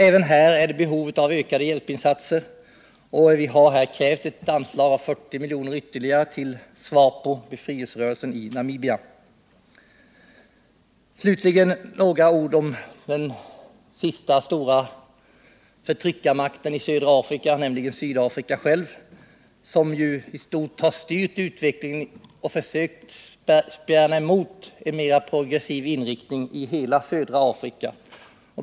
Även här föreligger behov av ökade hjälpinsatser. Vi har krävt ett ytterligare anslag på 40 milj.kr. till SWAPO, befrielserörelsen i Namibia. Slutligen några ord om den sista stora förtryckarmakten i södra Afrika, nämligen Sydafrika, som ju i stort har styrt utvecklingen och försökt spjärna emot en mer progressiv inriktning i hela södra Afrika.